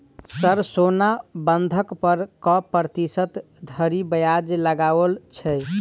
Sir सोना बंधक पर कऽ प्रतिशत धरि ब्याज लगाओल छैय?